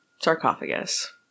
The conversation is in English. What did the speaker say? sarcophagus